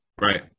Right